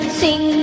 sing